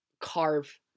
carve